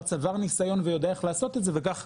צבר ניסיון וכבר יודע איך לעשות את זה וכך,